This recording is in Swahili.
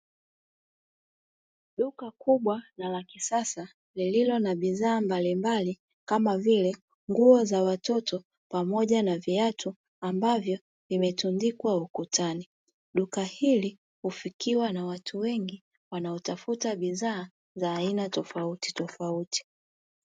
Duka kubwa na la kisasa lililo na bidhaa mbalimbali kama vile nguo za watoto pamoja na viatu, ambavyo vimetundikwa ukutani, duka hili hufikiwa na watu wengi wanaotafuta bidhaa za aina tofautitofauti.